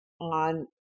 on